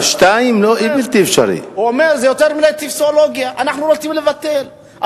טופסולוגיה, אנחנו רוצים לבטל.